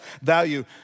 value